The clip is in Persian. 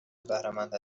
بهرهمند